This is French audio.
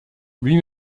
lui